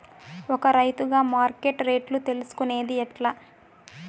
ఒక రైతుగా మార్కెట్ రేట్లు తెలుసుకొనేది ఎట్లా?